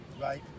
right